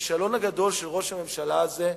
הכישלון הגדול של ראש הממשלה הזה,